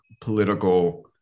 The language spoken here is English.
political